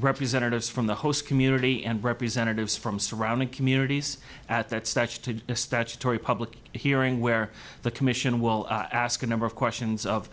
representatives from the host community and representatives from surrounding communities at that stage to a statutory public hearing where the commission will ask a number of questions of